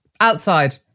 Outside